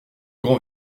grand